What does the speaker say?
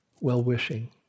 well-wishing